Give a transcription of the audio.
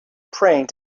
praying